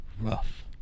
Rough